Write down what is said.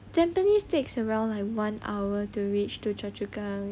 tampines takes around like one hour to reach to choa chu kang